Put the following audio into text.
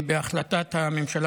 בהחלטת הממשלה